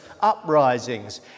uprisings